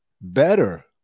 better